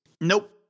Nope